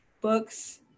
books